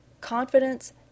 confidence